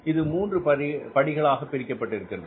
இது 3 படிகளாக பிரிக்கப்பட்டிருக்கிறது